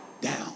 down